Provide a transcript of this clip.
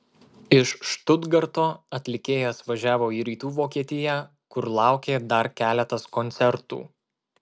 iš štutgarto atlikėjas važiavo į rytų vokietiją kur laukė dar keletas koncertų